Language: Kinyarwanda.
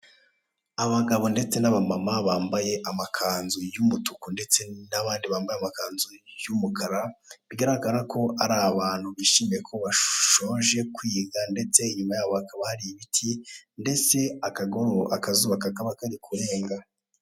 Abagabo ndetse naba mama bambaye amakanzu y'umutuku ndetse nabandi bambaye amakanzu y'umukara bigaragara ko ari abantu bishimiye ko bashoje kwiga ndetse inyuma yabo hakaba hari ibiti ndetse akagoroba akazuba kakaba kari kurenga.